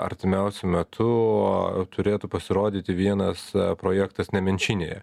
artimiausiu metu turėtų pasirodyti vienas projektas nemenčinėje